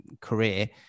career